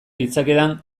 ditzakedan